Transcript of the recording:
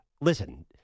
Listen